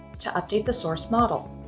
to update the source model.